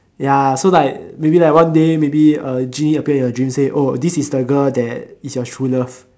ya so like maybe like one day maybe a genie appear in your dreams say oh this is the girl that is your true love